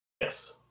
yes